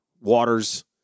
waters